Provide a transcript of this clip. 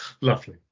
lovely